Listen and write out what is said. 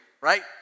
right